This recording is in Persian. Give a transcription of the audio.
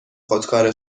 خودکار